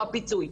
שהוא הפיצוי.